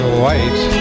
white